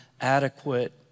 adequate